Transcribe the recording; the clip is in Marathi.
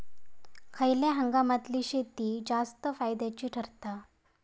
खयल्या हंगामातली शेती जास्त फायद्याची ठरता?